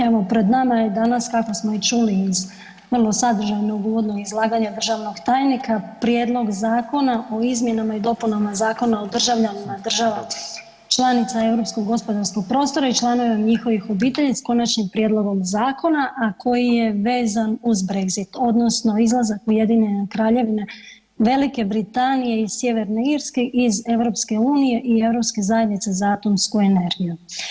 Evo pred nama je danas, kako smo i čuli iz vrlo sadržajnog uvodnog izlaganja državnog tajnika, prijedlog zakona o izmjenama i dopunama Zakona o državljanima država članica Europskog gospodarskog prostora i članovima njihovih obitelji s konačnim prijedlogom zakona, a koji je vezan uz Brexit odnosno izlazak Ujedinjene Kraljevine, Velike Britanije i Sjeverne Irske iz EU i Europske zajednice za atomsku energiju.